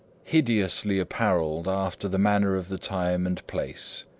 hideously appareled after the manner of the time and place.